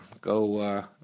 go